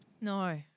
No